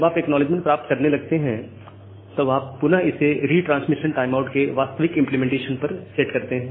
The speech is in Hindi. जब आप एक्नॉलेजमेंट प्राप्त करने लगते हैं तो आप पुनः इसे रिट्रांसमिशन टाइमआउट के वास्तविक इंप्लीमेंटेशन पर सेट करते हैं